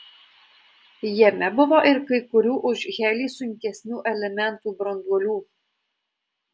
jame buvo ir kai kurių už helį sunkesnių elementų branduolių